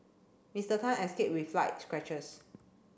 Mister Tan escaped with light scratches